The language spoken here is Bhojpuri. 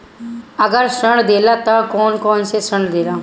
अगर ऋण देला त कौन कौन से ऋण देला?